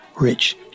Rich